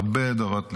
הרבה דורות לפני.